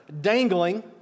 dangling